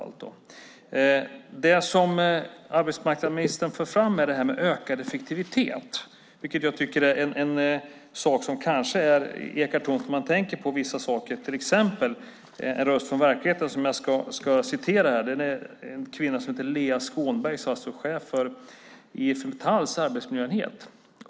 Arbetsmarknadsministern för fram frågan om ökad effektivitet, vilket jag tycker är en sak som kanske ekar tomt när man tänker på vissa saker. Som exempel har jag en röst från verkligheten som jag ska citera. Det är en kvinna som heter Lea Skånberg och är chef för IF Metalls arbetsmiljöenhet.